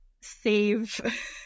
save